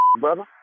brother